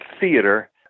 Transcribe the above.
theater